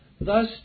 Thus